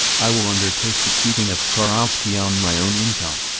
i will undertake the keeping of karhovsky on my own income.